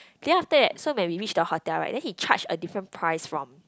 then after that so when we reach the hotel right then he charge a different price from